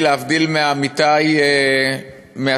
אני, להבדיל מעמיתי מהסיעה